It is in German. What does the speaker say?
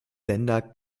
sender